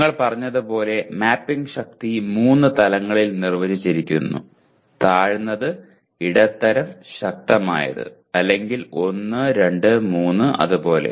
ഞങ്ങൾ പറഞ്ഞതുപോലെ മാപ്പിംഗ് ശക്തി 3 തലങ്ങളിൽ നിർവചിച്ചിരിക്കുന്നു താഴ്ന്ന ഇടത്തരം ശക്തമായ അല്ലെങ്കിൽ 1 2 3 അത് പോലെ